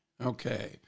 Okay